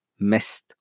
mest